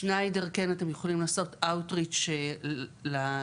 בשניידר אתם יכולים לעשות אאוט-ריץ למרכז.